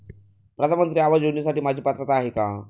प्रधानमंत्री आवास योजनेसाठी माझी पात्रता आहे का?